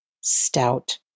Stout